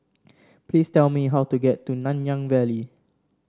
please tell me how to get to Nanyang Valley